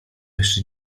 jeszcze